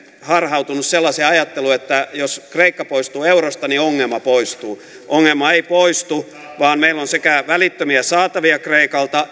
harhautunut sellaiseen ajatteluun että jos kreikka poistuu eurosta niin ongelma poistuu ongelma ei poistu vaan paitsi että meillä on välittömiä saatavia kreikalta